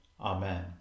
Amen